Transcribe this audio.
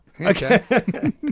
Okay